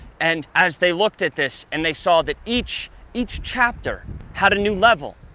and as they looked at this and they saw that each each chapter had a new level.